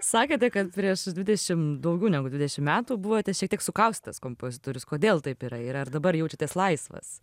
sakėte kad prieš dvidešim daugiau negu dvidešim metų buvote šiek tiek sukaustytas kompozitorius kodėl taip yra ir ar dabar jaučiatės laisvas